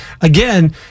again